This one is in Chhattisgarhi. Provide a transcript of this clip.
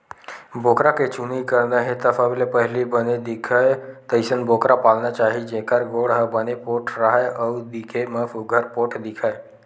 बोकरा के चुनई करना हे त सबले पहिली बने दिखय तइसन बोकरा पालना चाही जेखर गोड़ ह बने पोठ राहय अउ दिखे म सुग्घर पोठ दिखय